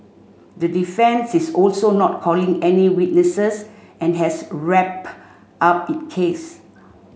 the defence is also not calling any witnesses and has wrapped up it case